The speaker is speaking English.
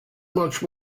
much